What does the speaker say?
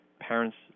parents